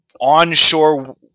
onshore